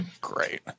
great